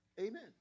Amen